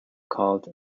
called